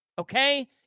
okay